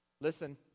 listen